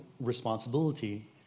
responsibility